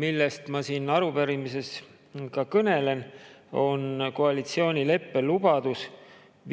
millest ma siin arupärimises ka kõnelen, on koalitsioonileppe lubadus